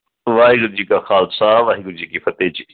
ਵਾਹਿਗੁਰੂ ਜੀ ਕਾ ਖਾਲਸਾ ਵਾਹਿਗੁਰੂ ਜੀ ਕੀ ਫਤਿਹ ਜੀ